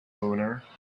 owner